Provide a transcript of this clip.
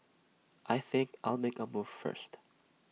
I think I'll make A move first